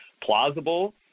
plausible